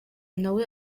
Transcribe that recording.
nawe